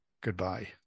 goodbye